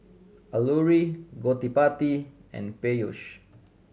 Alluri Gottipati and Peyush